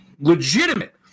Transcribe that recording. legitimate